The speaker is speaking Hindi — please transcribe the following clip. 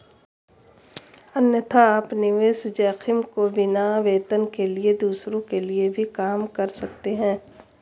अन्यथा, आप निवेश जोखिम के बिना, वेतन के लिए दूसरों के लिए भी काम कर सकते हैं